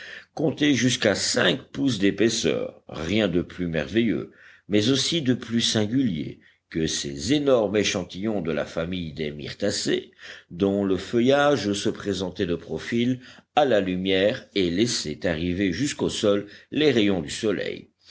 comptait jusqu'à cinq pouces d'épaisseur rien de plus merveilleux mais aussi de plus singulier que ces énormes échantillons de la famille des myrtacées dont le feuillage se présentait de profil à la lumière et laissait arriver jusqu'au sol les rayons du soleil